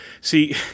see